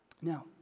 Now